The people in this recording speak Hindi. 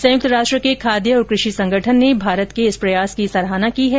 संयुक्त राष्ट्र के खाद्य और कृषि संगठन ने भारत के इस प्रयास के सराहना की है